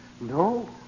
No